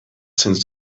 since